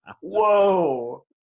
whoa